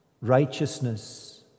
Righteousness